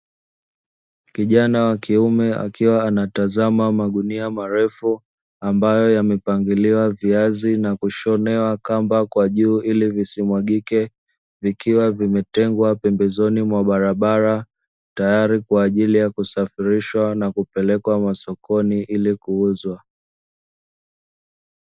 Kijana wa kiume akiwa anatazama magunia marefu ambayo yamepangiliwa viazi na kushonwa kamba kwa juu ili visimwagike. Vikiwa vimetengwa pembezoni mwa barabara tayari kwa ajili ya kusafirishwa na kupelekwa masokoni ili kuuzwa.